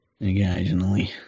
occasionally